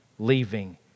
Leaving